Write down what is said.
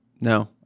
No